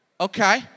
Okay